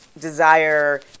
desire